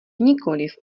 nikoliv